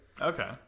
Okay